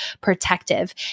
protective